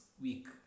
week